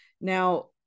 Now